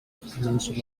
peninsula